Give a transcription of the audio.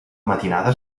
matinada